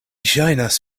ŝajnas